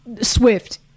Swift